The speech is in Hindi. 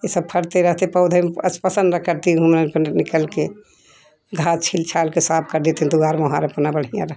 ये सब फलते रहते हैं पौधे पसंद करती हूँ मैं अपने निकल के घास छील छाल के साफ़ कर देती हूँ द्वार वहाँ रखना बढ़िया लगता है